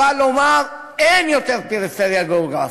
אבל לומר שאין יותר פריפריה גיאוגרפית,